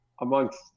amongst